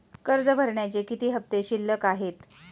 कर्ज भरण्याचे किती हफ्ते शिल्लक आहेत?